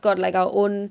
got like our own